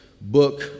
book